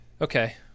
Okay